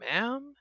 ma'am